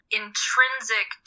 intrinsic